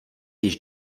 již